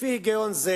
לפי היגיון זה